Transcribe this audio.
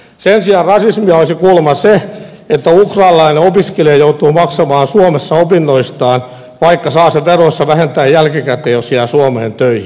sen sijaan rasismia olisi kuulemma se että ukrainalainen opiskelija joutuu maksamaan suomessa opinnoistaan vaikka saa sen veroissa vähentää jälkikäteen jos jää suomeen töihin